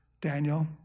Daniel